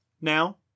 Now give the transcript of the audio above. now